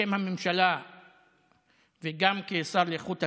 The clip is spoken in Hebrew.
בשם הממשלה והאוצר וגם כשר לאיכות הסביבה,